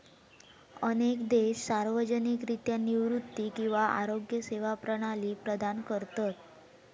अनेक देश सार्वजनिकरित्या निवृत्ती किंवा आरोग्य सेवा प्रणाली प्रदान करतत